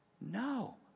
no